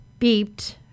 beeped